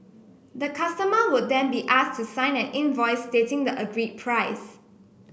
the customer would then be asked to sign an invoice stating the agreed price